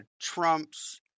Trump's